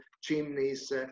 chimneys